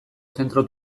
zentro